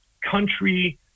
country